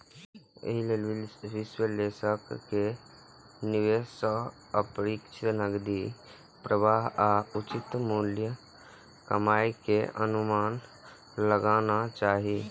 एहि लेल विश्लेषक कें निवेश सं अपेक्षित नकदी प्रवाह आ उचित कमाइ के अनुमान लगाना चाही